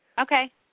Okay